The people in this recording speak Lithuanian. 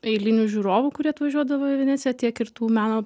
eilinių žiūrovų kurie atvažiuodavo į veneciją tiek ir tų meno